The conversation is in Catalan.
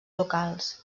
locals